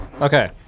Okay